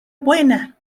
buena